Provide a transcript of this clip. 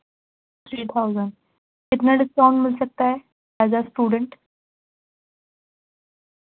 three thousand کتنا discount مل سکتا ہے ایز اے اسٹوڈینٹ